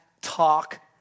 talk